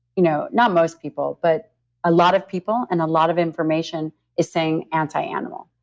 you know not most people, but a lot of people and a lot of information is saying anti-animal.